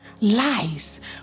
lies